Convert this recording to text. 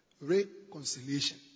reconciliation